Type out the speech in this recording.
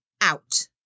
out